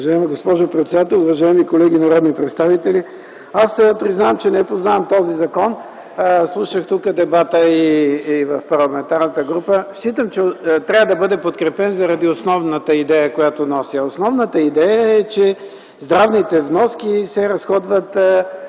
Уважаема госпожо председател, уважаеми колеги народни представители! Аз признавам, че не познавам този закон, слушах тук дебата и в парламентарната група. Считам, че трябва да бъде подкрепен заради основната идея, която носи, а основната идея е, че здравните вноски се разходват